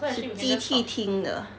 是机器听的